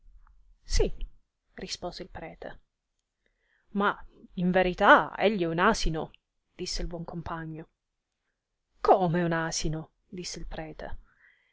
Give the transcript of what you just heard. sì rispose il prete ma in verità egli è un asino disse il buon compagno come un asino disse il prete